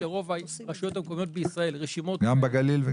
לרוב הרשויות המקומיות בישראל יש רשימות --- גם בגליל?